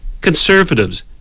Conservatives